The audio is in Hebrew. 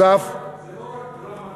אדוני, זה לא רק דרמה,